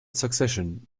succession